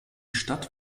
stadt